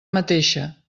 mateixa